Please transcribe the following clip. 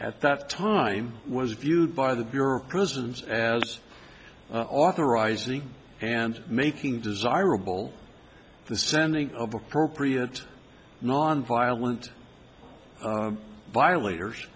at that time was viewed by the bureau of prisons as authorizing and making desirable the sending of appropriate nonviolent violators